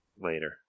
later